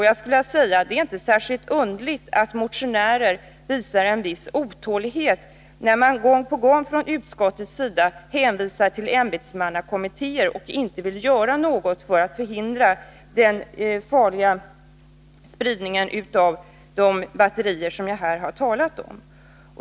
Jag skulle vilja säga att det inte är särskilt underligt att motionärer visar en viss otålighet, när utskottet gång på gång hänvisar till ämbetsmannakommittéer och inte vill göra något för att förhindra den farliga spridningen av de batterier som jag här har talat om.